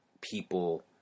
people